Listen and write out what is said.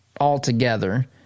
altogether